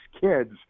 kids